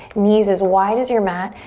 knees as wide as your mat.